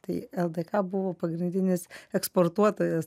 tai ldk buvo pagrindinis eksportuotojas